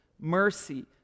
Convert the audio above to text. mercy